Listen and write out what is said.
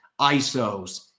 isos